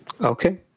Okay